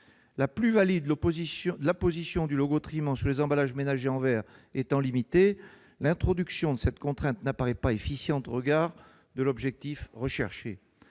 La plus-value de l'apposition du logo Triman sur les emballages ménagers en verre étant limitée, l'introduction de cette contrainte n'apparaît pas efficiente au regard de l'objectif visé.